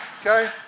Okay